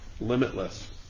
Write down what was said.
limitless